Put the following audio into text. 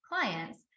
clients